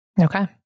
Okay